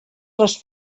les